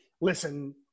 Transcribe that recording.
listen